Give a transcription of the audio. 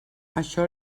això